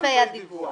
סף הדיווח.